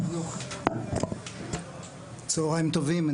צוהריים טובים,